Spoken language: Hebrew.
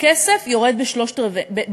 הכסף יורד ברבע.